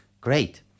Great